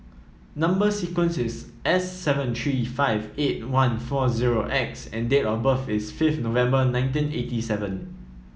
number sequence is S seven three five eight one four zero X and date of birth is fifth November nineteen eighty seven